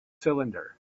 cylinder